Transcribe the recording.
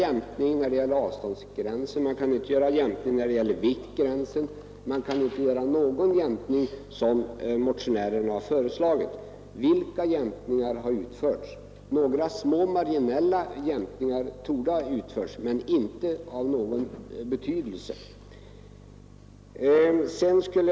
Jämkningar när det gäller avståndsgränsen eller viktgränsen kan inte göras eller någon annan jämkning som motionärerna har föreslagit. Vilka jämkningar har utförts? Några små marginella jämkningar torde ha utförts men inte några av betydelse.